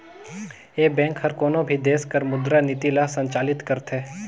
ए bank हर कोनो भी देस कर मुद्रा नीति ल संचालित करथे